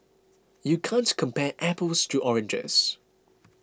you can't compare apples to oranges